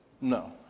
No